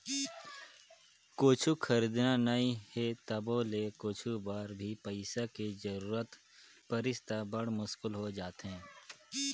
कुछु खरीदना नइ हे तभो ले कुछु बर भी पइसा के जरूरत परिस त बड़ मुस्कुल हो जाथे